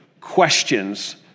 questions